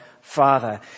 father